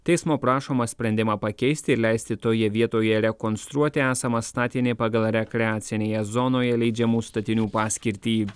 teismo prašoma sprendimą pakeisti leisti toje vietoje rekonstruoti esamą statinį pagal rekreacinėje zonoje leidžiamų statinių paskirtį